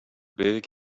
big